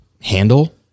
handle